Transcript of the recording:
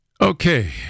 Okay